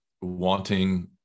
wanting